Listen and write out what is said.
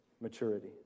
maturity